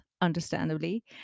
understandably